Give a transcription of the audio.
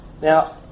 Now